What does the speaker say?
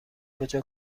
کجا